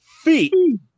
feet